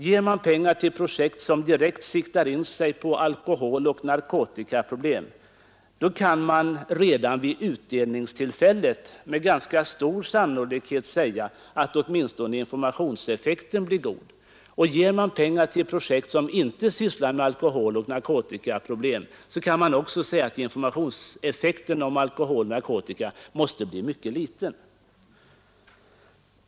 Ger man pengar till projekt som direkt siktar in sig på alkoholoch narkotikaproblem, kan man redan vid utdelningstillfället med ganska stor sannolikhet förutse att åtminstone informationseffekten blir god. Och ger man pengar till projekt som inte sysslar med alkoholoch narkotikaproblem, kan man också säga att informationseffekten på alkoholoch narkotikamissbruket måste bli mycket liten.